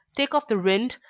take off the rind,